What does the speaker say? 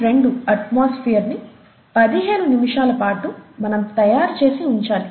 2 atmosphere ని 15 నిముషాలపాటు మనం తయారు చేసి ఉంచాలి